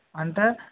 అంటే